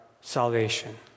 salvation